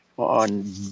on